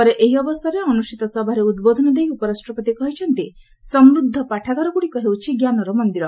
ପରେ ଏହି ଅବସରରେ ଅନୁଷ୍ଠିତ ସଭାରେ ଉଦ୍ବୋଧନ ଦେଇ ଉପରାଷ୍ଟ୍ରପତି କହିଛନ୍ତି ସମୃଦ୍ଧ ପାଠାଗାରଗୁଡ଼ିକ ହେଉଛି ଜ୍ଞାନର ମନ୍ଦିର